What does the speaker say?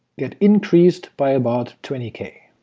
get increased by about twenty k.